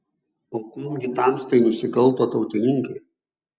o kuom gi tamstai nusikalto tautininkai